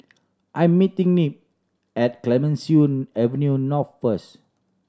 I'm meeting Nick at Clemenceau Avenue North first